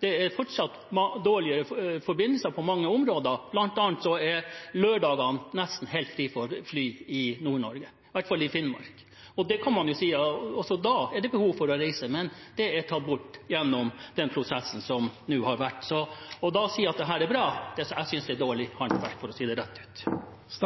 det er fortsatt dårligere forbindelser på mange områder. Blant annet er lørdagene nesten helt fri for fly i Nord-Norge, i hvert fall i Finnmark. Også da er det behov for å reise, men den muligheten er tatt bort gjennom den prosessen som nå har vært. Så det å da si at dette er bra, synes jeg er dårlig håndverk, for å si det rett ut.